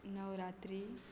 Navratri